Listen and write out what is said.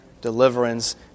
deliverance